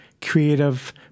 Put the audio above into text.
creative